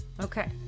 Okay